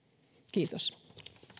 kiitos